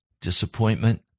disappointment